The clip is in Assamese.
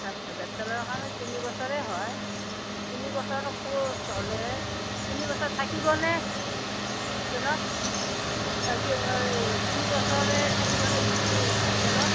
আচ্ছা আচ্ছা বেচ্চেলৰৰ কাৰণে তিনি বছৰেই হয় তিনি বছৰ ক'ৰ্চ হ'লে তিনি বছৰ থাকিবনে হোষ্টেলত তাকে এই তিনি বছৰে থাকিবনে পি জি হোষ্টেলত